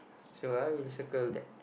so I will circle that